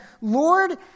Lord